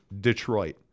Detroit